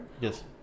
yes